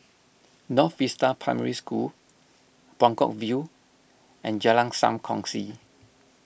North Vista Primary School Buangkok View and Jalan Sam Kongsi